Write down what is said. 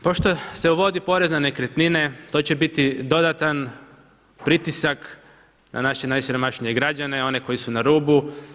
Pošto se uvodi porez na nekretnine, to će biti dodatan pritisak na naše najsiromašnije građene, one koji su na rubu.